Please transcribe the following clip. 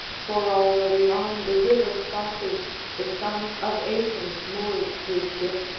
for already on the river phasis the son of aeson moors his ship,